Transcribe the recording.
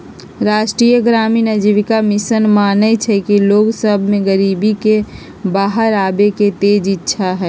राष्ट्रीय ग्रामीण आजीविका मिशन मानइ छइ कि लोग सभ में गरीबी से बाहर आबेके तेज इच्छा हइ